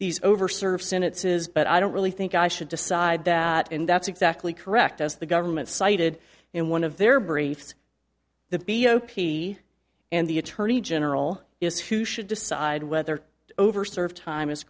these over serve senate says but i don't really think i should decide that and that's exactly correct as the government cited in one of their briefs the b o p and the attorney general is who should decide whether over served time